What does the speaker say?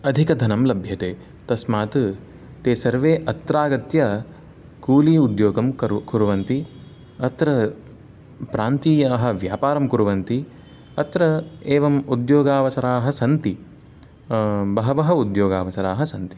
अधिकधनं लभ्यते तस्मात् ते सर्वे अत्रागत्य कूली उद्योगं कर् कुर्वन्ति अत्र प्रान्तीयाः व्यापारं कुर्वन्ति अत्र एवम् उद्योगावसराः सन्ति बहवः उद्योगावसराः सन्ति